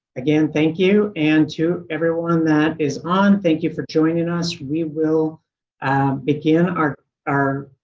again, thank you and to everyone that is on. thank you for joining us. we will begin our our.